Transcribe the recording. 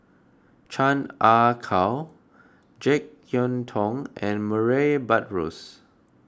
Chan Ah Kow Jek Yeun Thong and Murray Buttrose